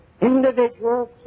individuals